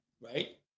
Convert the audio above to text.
Right